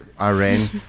Iran